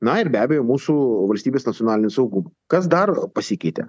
na ir be abejo mūsų valstybės nacionalinį saugumą kas dar pasikeitė